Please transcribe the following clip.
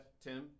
Tim